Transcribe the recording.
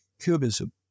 Cubism